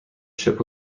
ship